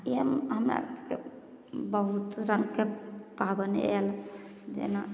इहे हमरासभकेँ बहुत रङ्गके पाबनि आएल जेना